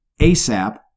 ASAP